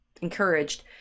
encouraged